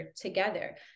together